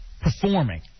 performing